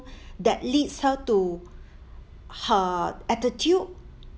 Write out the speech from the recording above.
that leads her to her attitude